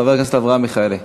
חבר הכנסת אברהם מיכאלי.